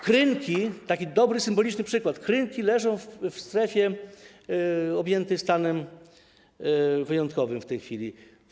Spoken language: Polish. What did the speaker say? Krynki - taki dobry, symboliczny przykład - leżą w strefie objętej stanem wyjątkowym w tej chwili.